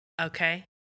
Okay